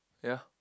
ya